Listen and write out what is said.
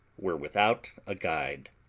were without a guide.